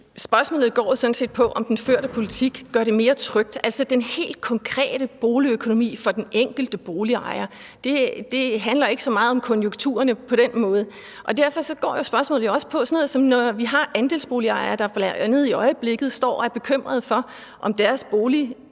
Spørgsmålet går sådan set på, om den førte politik gør det mere trygt – altså den helt konkrete boligøkonomi for den enkelte boligejer. Det handler ikke så meget om konjunkturerne på den måde. Derfor går spørgsmålet jo også på, om ministeren, når vi har andelsboligejere, der bl.a. i øjeblikket står og er bekymrede for, om deres bolig